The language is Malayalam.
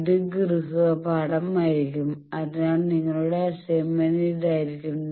ഇത് ഗൃഹപാഠമായിരിക്കും അതിനാൽ നിങ്ങളുടെ അസൈൻമെന്റ് ഇതായിരിക്കും